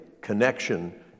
connection